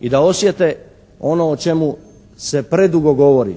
i da osjete ono o čemu se predugo govori.